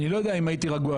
אני לא יודע אם הייתי רגוע,